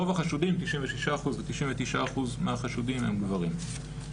רוב החשודים 96 אחוז ו-99 אחוז מהחשודים הם גברים.